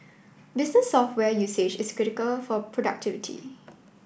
business software usage is critical for productivity